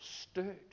stood